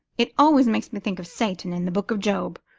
it always makes me think of satan in the book of job,